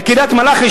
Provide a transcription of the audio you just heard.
בקריית-מלאכי,